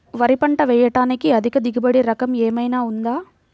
వరి పంట వేయటానికి అధిక దిగుబడి రకం ఏమయినా ఉందా?